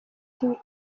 itariki